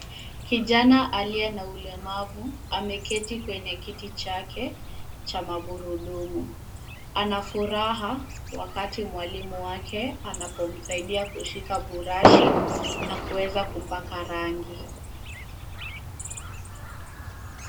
Kijana aliye na ulemavu ameketi kwenye kiti chake cha magurudumu. Ana furaha wakati mwalimu wake anapomsaidia kushika brush na kuweza kupaka rangi.